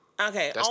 Okay